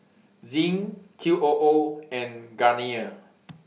Zinc Qoo and Garnier